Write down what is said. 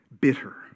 bitter